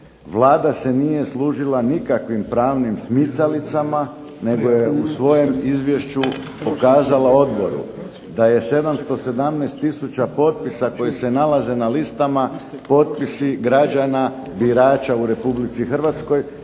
Vlada se nije služila nikakvim pravnim smicalicama, nego je u svojem izvješću pokazala odboru da je 717 tisuća potpisa koji se nalaze na listama potpisi građana birača u Republici Hrvatskoj